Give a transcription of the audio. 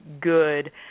good